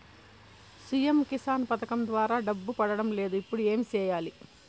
CM Kisan పథకం ద్వారా డబ్బు పడడం లేదు ఇప్పుడు ఏమి సేయాలి